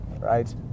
right